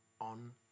on